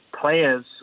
players